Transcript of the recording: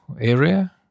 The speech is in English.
area